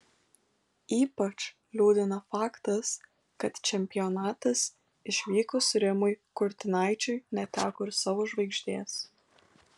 ypač liūdina faktas kad čempionatas išvykus rimui kurtinaičiui neteko ir savo žvaigždės